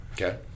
Okay